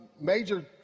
major